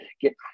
get